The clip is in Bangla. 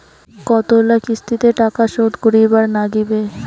কতোলা কিস্তিতে টাকা শোধ করিবার নাগীবে?